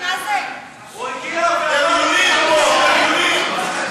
בריונים פה, בריונים.